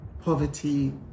poverty